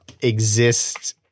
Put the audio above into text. exist